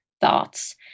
thoughts